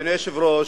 אדוני היושב-ראש,